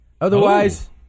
Otherwise